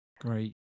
Great